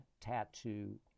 Tattoo